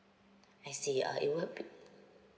I see uh it will be